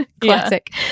Classic